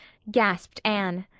gasped anne.